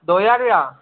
दौ ज्हार रपेआ